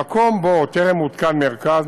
במקום שבו טרם הוקם מרכז,